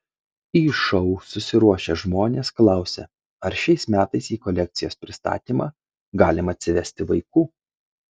į šou susiruošę žmonės klausia ar šiais metais į kolekcijos pristatymą galima atsivesti vaikų